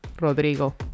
Rodrigo